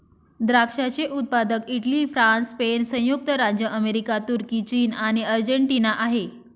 द्राक्षाचे उत्पादक Italy, France, Spain, संयुक्त राज्य अमेरिका, तुर्की, चीन आणि अर्जेंटिना आहे